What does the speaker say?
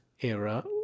era